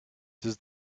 does